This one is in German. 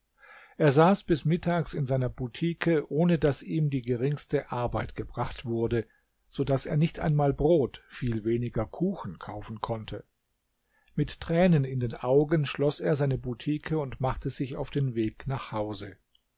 er saß bis mittags in seiner butike ohne daß ihm die geringste arbeit gebracht wurde so daß er nicht einmal brot viel weniger kuchen kaufen konnte mit tränen in den augen schloß er seine butike und machte sich auf den weg nach hause